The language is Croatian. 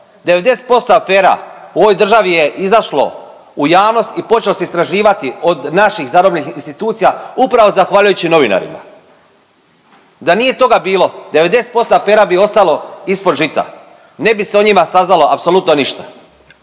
90% afera u ovoj državi je izašlo u javnost i počelo se istraživati od naših zarobljenih institucija upravo zahvaljujući novinarima. Da nije toga bilo, 90% afera bi ostalo ispod žita, ne bi se o njima saznalo apsolutno ništa